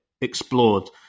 explored